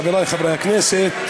חברי חברי הכנסת,